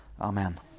Amen